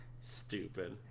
stupid